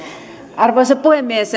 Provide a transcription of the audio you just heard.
arvoisa puhemies